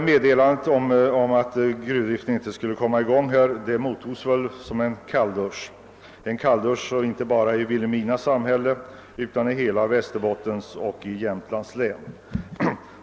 Meddelandet om att gruvdriften skulle ställas in kom som en kalldusch inte bara för Vilhelmina utan för hela Västerbottens län och Jämtlands län.